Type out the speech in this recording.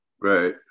right